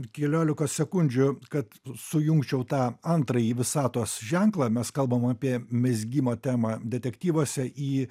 keliolikos sekundžių kad sujungčiau tą antrąjį visatos ženklą mes kalbam apie mezgimo temą detektyvuose į